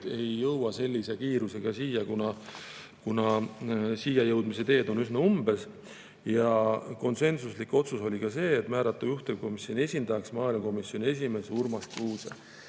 ei jõua sellise kiirusega siia, kuna siia jõudmise teed on üsna umbes. Konsensuslik otsus oli ka see, et määrata juhtivkomisjoni esindajaks maaelukomisjoni esimees Urmas Kruuse.